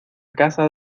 casa